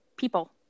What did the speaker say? people